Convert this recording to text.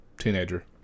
teenager